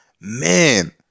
Man